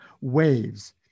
Waves